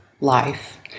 life